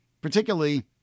particularly